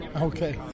Okay